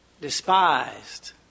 despised